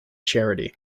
charity